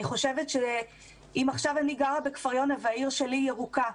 אני חושבת שאם עכשיו אני גרה בכפר יונה והעיר שלי ירוקה,